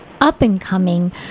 up-and-coming